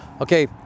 Okay